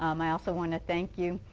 um i also want to thank you,